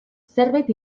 zerbait